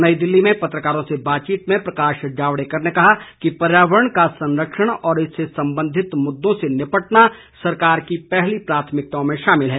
नई दिल्ली में पत्रकारों से बातचीत में प्रकाश जावड़ेकर ने कहा कि पर्यावरण का संरक्षण और इससे संबंधित मुद्दों से निपटना सरकार की पहली प्राथमिकताओं में शामिल है